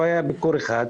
לא היה ביקור אחד.